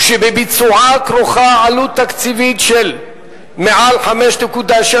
ושבביצועה כרוכה עלות תקציב של מעל 5.6